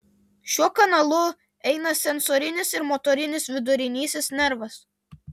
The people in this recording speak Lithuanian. šiuo kanalu eina sensorinis ir motorinis vidurinysis nervas